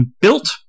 built